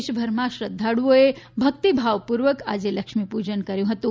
દેશભરમાં શ્રધ્ધાળુઓએ ભક્તિભાવ પૂર્વક લક્ષ્મીપૂજન કર્યું હતું